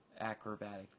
acrobatic